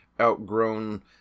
outgrown